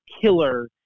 killer